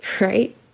right